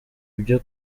byo